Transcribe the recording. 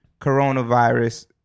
coronavirus